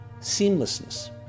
seamlessness